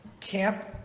camp